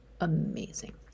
amazing